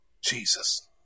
Jesus